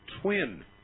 twin